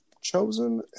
chosen